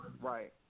Right